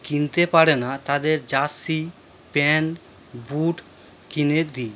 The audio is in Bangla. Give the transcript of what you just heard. কিনতে পারে না তাদের জার্সি প্যান্ট বুট কিনে দিই